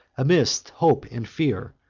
amidst hope and fear,